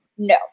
No